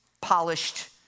polished